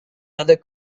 other